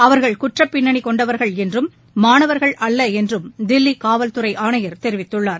அவர்கள் குற்றப்பின்னணி கொண்டவர்கள் என்றும் மாணவர்கள் அல்ல என்றும் தில்லி காவல்துறை ஆணையர் தெரிவித்துள்ளார்